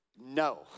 no